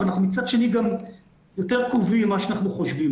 אבל מצד שני אנחנו גם יותר קרובים ממה שאנחנו חושבים,